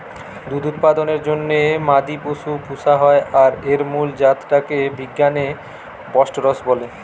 দুধ উৎপাদনের জন্যে মাদি পশু পুশা হয় আর এর মুল জাত টা কে বিজ্ঞানে বস্টরস বলে